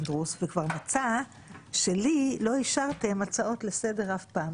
ומצא שלי לא אישרתם הצעות לסדר אף פעם,